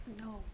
No